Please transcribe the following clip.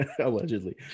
allegedly